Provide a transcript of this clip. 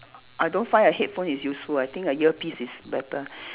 I don't find a headphone is useful I think a earpiece is better